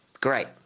Great